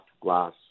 glass